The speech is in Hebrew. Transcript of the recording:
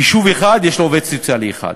יישוב אחד יש לו עובד סוציאלי אחד,